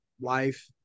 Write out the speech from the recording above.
life